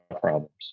problems